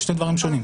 זה שני דברים שונים.